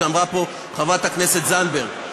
שאמרה פה חברת הכנסת זנדברג.